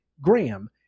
Graham